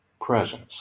presence